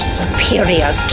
superior